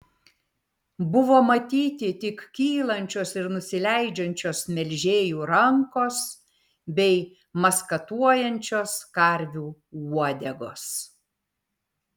buvo matyti tik kylančios ir nusileidžiančios melžėjų rankos bei maskatuojančios karvių uodegos